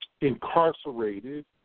incarcerated